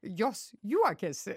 jos juokiasi